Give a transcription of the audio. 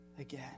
again